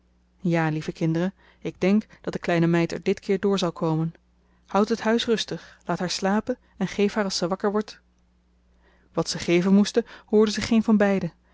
ja lieve kinderen ik denk dat de kleine meid er dit keer door zal komen houdt het huis rustig laat haar slapen en geef haar als ze wakker wordt wat ze geven moesten hoorden ze geen van beiden